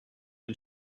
den